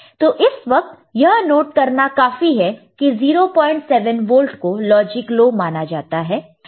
तो इस वक्त यह नोट करना काफी है कि 07 वोल्ट को लॉजिक लो माना जाता है